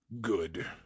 Good